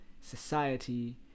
society